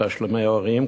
תשלומי הורים,